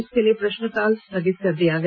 इसके लिए प्रश्नकाल स्थगित कर दिया गया